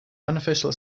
unofficial